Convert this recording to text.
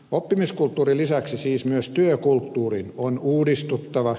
oppimiskulttuurin lisäksi siis myös työkulttuurin on uudistuttava